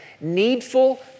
needful